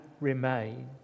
remain